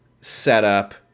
setup